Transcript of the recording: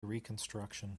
reconstruction